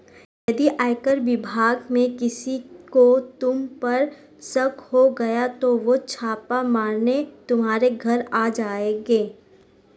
यदि आयकर विभाग में किसी को तुम पर शक हो गया तो वो छापा मारने तुम्हारे घर आ जाएंगे